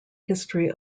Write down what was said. history